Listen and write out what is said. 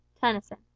tennyson